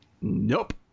Nope